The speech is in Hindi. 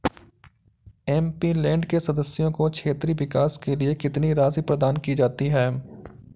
एम.पी.लैंड के सदस्यों को क्षेत्रीय विकास के लिए कितनी राशि प्रदान की जाती है?